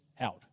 out